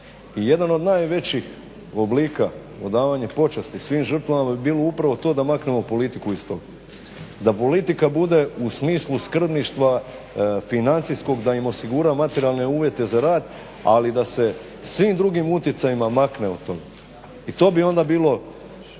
I jedan od najvećih oblika odavanja počasti svim žrtvama bi bilo upravo to da maknemo politiku iz toga, da politika bude u smislu skrbništva financijskog da im osigura materijalne uvjete za rad ali da se svim drugim utjecajima makne od toga. I to bi onda bilo